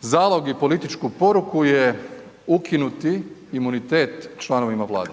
zalog i političku poruku je ukinuti imunitet članovima vlade,